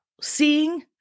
seeing